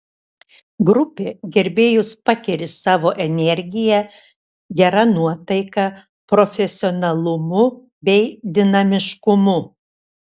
grupė gerbėjus pakeri savo energija gera nuotaika profesionalumu bei dinamiškumu